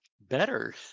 better